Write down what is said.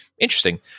interesting